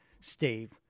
Steve